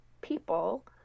people